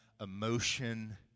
emotion